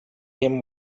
him